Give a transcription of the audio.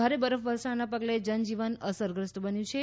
ભારે બરફવર્ષાના પગલે જનજીવન અસરગ્રસ્ત બન્યું છે